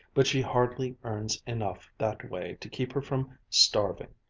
but she hardly earns enough that way to keep her from starving,